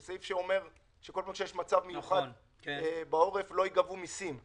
הוא סעיף שאומר ש כל פעם שיש מצב מיוחד בעורף לא ייגבו מיסים.